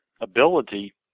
ability